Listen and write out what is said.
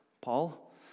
Paul